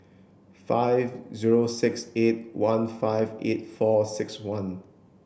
five zero six eight one five eight four six one